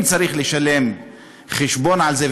אם צריך לשלם חשבון על זה,